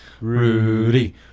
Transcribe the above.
Rudy